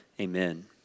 amen